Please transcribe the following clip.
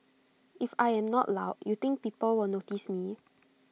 if I am not loud you think people will notice me